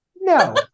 no